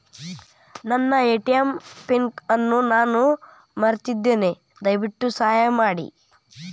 ನನ್ನ ATM PIN ಅನ್ನು ನಾನು ಮರೆತಿದ್ದೇನೆ, ದಯವಿಟ್ಟು ಸಹಾಯ ಮಾಡಿ